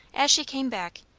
as she came back,